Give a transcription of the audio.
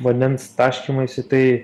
vandens taškymaisi tai